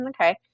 okay